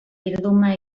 bilduma